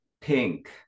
pink